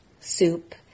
soup